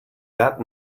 that